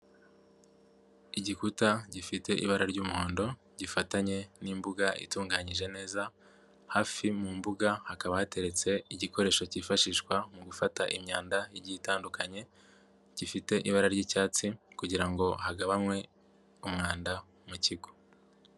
Igikuta gifite ibara ry'umuhondo gifatanye n'imbuga itunganyije neza, hafi mu mbuga hakaba hateretse igikoresho kifashishwa mu gufata imyanda igiye itandukanye gifite ibara ry'icyatsi kugira ngo hagabanwe umwanda mu kigo.